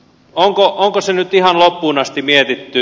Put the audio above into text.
onko se nyt ihan loppuun asti mietitty